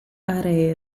aree